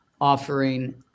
offering